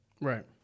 right